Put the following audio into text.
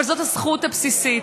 אבל זאת הזכות הבסיסית.